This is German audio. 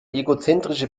egozentrische